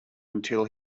until